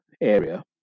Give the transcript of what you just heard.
area